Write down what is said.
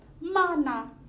Mana